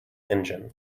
engine